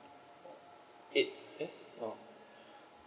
eight eh oh